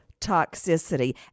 toxicity